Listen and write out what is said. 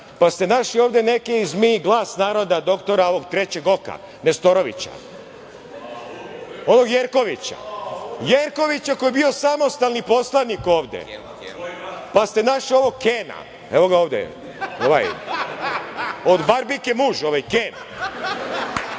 pa ste našli ovde neke iz Mi – glas iz naroda, doktora ovog trećeg oka Nestorovića, ovog Jerkovića, Jerkovića koji je bio samostalni poslanik ovde, pa ste našli ovog Kena. Evo ga ovde, ovaj od Barbike muž, Ken.